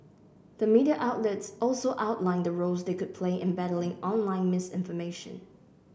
the media outlets also outlined the roles they could play in battling online misinformation